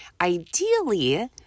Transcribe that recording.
Ideally